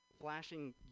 Flashing